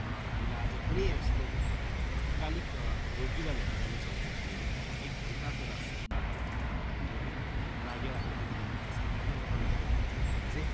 हामीलाई आज कुनै यस्तो तत्कालिक रोगीलाई लिएर जानु छ भने हामीहरूले एक घण्टाको रास्ता बाटोलाई हामीले नाघेर हामी अघि बढ्नु पर्छ एक घण्टा वर नाघेर हामी जाँदाखेरि चाहिँ